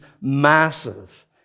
massive